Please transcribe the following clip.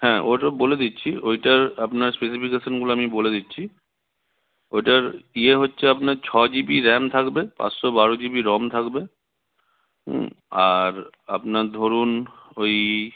হ্যাঁ ওরও বলে দিচ্ছি ওইটার আপনার স্পেসিফিকেশানগুলো আমি বলে দিচ্ছি ওইটার ইয়ে হচ্ছে আপনার ছ জি বি র্যাম থাকবে পাঁচশো বারো জি বি রম থাকবে হুম আর আপনার ধরুন ওই